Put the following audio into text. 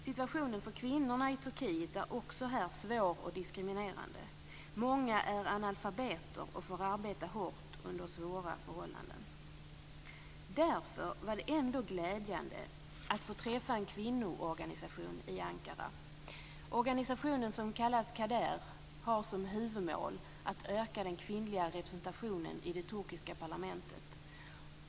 Situationen för kvinnorna är också i Turkiet svår och diskriminerande. Många är analfabeter och får arbeta hårt under svåra förhållanden. Det var därför glädjande att få träffa företrädare för en kvinnoorganisation i Ankara. Organisationen, som kallas KA DER, har som huvudmål att öka den kvinnliga representationen i det turkiska parlamentet.